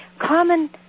common